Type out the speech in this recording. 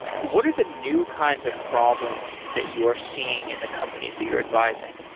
what are the new kinds of problems that you are seeing in the companies that you're advising?